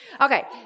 Okay